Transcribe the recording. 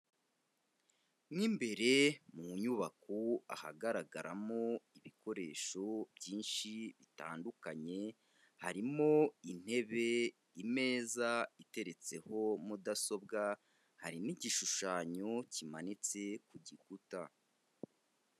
Mo imbere mu nyubako ahagaragaramo ibikoresho byinshi bitandukanye, harimo intebe, imeza iteretseho mudasobwa, hari n'igishushanyo kimanitse ku gikuta.